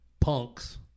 punks